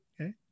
okay